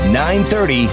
9.30